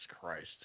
Christ